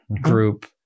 group